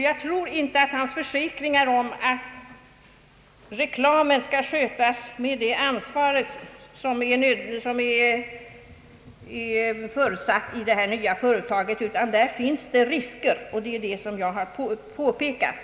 Jag litar inte heller på hans försäkringar att reklamen skulle skötas med det ansvar som är förutsättningen för reklamförekomst i det föreslagna nya företaget. Tvärtom finns det risker för övertramp — detta har jag påpekat.